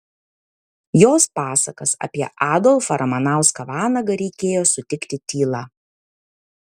jos pasakas apie adolfą ramanauską vanagą reikėjo sutikti tyla